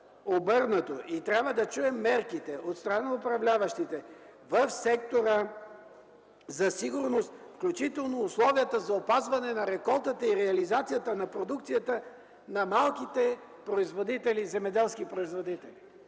обърнато и трябва да чуем мерките от страна на управляващите в сектора за сигурност, включително условията за опазване на реколтата и реализацията на продукцията на малките земеделски производители.